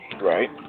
Right